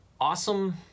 awesome